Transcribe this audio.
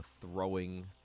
throwing